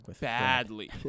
badly